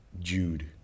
Jude